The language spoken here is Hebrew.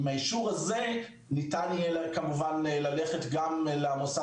עם האישור הזה ניתן יהיה ללכת גם למוסד